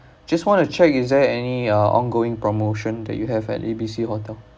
just want to check is there any uh ongoing promotion that you have at A B C hotel